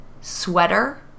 sweater